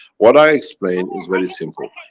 what i explained is very simple.